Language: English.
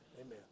Amen